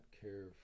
care